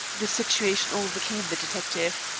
the situation overcame the detective.